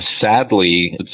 sadly